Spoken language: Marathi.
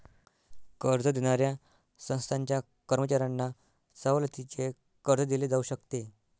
कर्ज देणाऱ्या संस्थांच्या कर्मचाऱ्यांना सवलतीचे कर्ज दिले जाऊ शकते